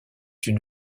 une